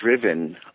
driven